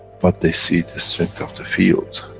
but they see the strength of the fields,